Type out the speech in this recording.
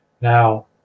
Now